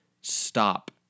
stop